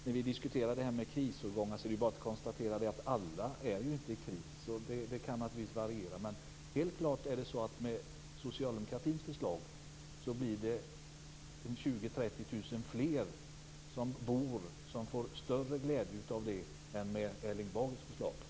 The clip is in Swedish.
När vi diskuterar detta med krisårgångar är det bara att konstatera att alla inte är i kris. Det kan naturligtvis variera. Men det blir 20 000-30 000 fler boende som får glädje av socialdemokratins förslag än av Erling Bagers förslag.